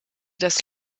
das